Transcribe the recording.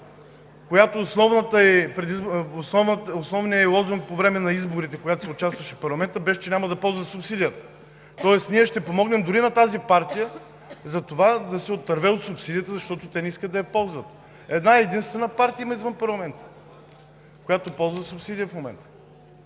която основният ѝ лозунг по време на изборите, когато се участваше в парламента, беше, че няма да ползва субсидията. Тоест ние ще помогнем дори на тази партия за това да се отърве от субсидията, защото те не искат да я ползват. Една-единствена партия има извън парламента, която ползва субсидия в момента